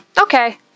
Okay